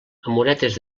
amoretes